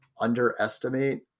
underestimate